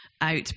out